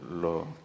lo